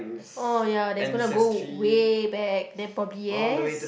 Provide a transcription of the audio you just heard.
oh ya that's gonna go way back then probably yes